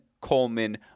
Coleman